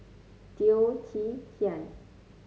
Teo Chee Hean